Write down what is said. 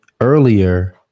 earlier